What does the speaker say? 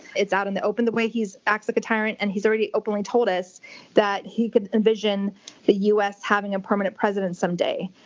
it's out in the open the way he's acts like a tyrant, and he's already openly told us that he could envision the u. s. having a permanent president someday.